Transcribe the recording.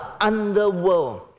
underworld